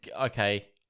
okay